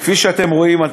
כפי שאתם רואים,